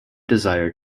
desire